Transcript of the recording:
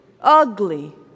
ugly